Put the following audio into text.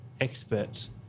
experts